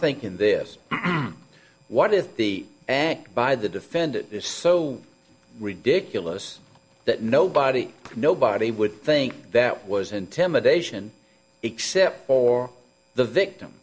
thinking this what is the act by the defendant is so ridiculous that nobody nobody would think that was intimidation except for the victim